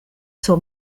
suo